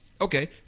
Okay